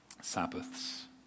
Sabbaths